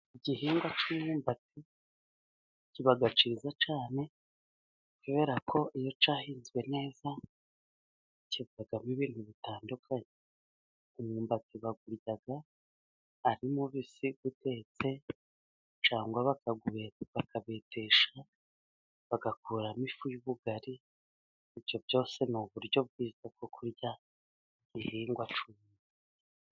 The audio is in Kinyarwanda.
Igihingwa cy'imyumbati kiba cyiza cyane kubera ko iyo cyahinzwe neza kivamo ibintu bitandukanye .imyumbati bawurya ari mubisi, utetse cyangwa bakabetesha bagakuramo ifu y'ubugari ,ibyo byose ni uburyo bwiza bwo kurya ibihingwa cumi.